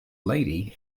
lady